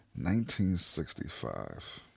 1965